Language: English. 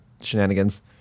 shenanigans